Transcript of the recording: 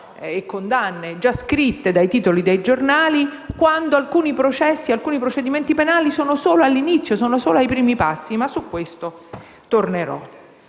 e condanne già scritte dai titoli dei giornali quando alcuni procedimenti penali sono solo all'inizio, ai primi passi, ma su questo tornerò.